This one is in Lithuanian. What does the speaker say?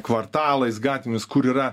kvartalais gatvėmis kur yra